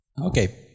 Okay